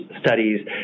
studies